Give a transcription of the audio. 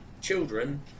children